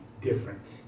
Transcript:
different